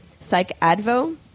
psychadvo